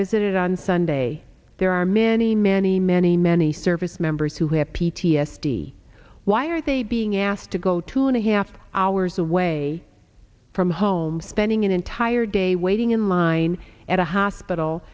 visited on sunday there are many many many many service members who have p t s d why are they being asked to go two and a half hours away from home spending an entire day waiting in line at a hospital